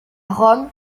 rome